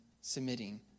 submitting